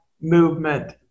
movement